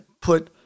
put